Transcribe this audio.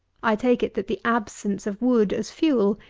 i take it, that the absence of wood, as fuel,